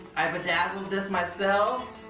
i bedazzled this myself,